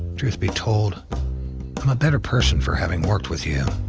truth be told i'm a better person for having worked with you.